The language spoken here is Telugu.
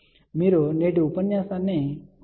కాబట్టి మీరు నేటి ఉపన్యాసాన్ని సంగ్రహించండి